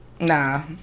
Nah